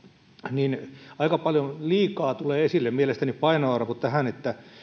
niin aika paljon liikaa tulee esille mielestäni painoarvo tähän että